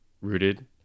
rooted